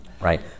Right